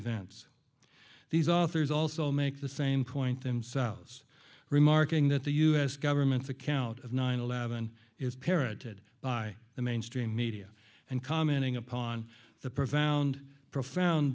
events these authors also make the same point themselves remarking that the us government account of nine eleven is parroted by the mainstream media and commenting upon the profound profound